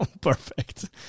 perfect